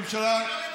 תני לו לדבר.